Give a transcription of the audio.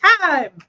time